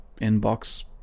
inbox